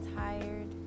tired